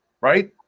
right